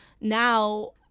Now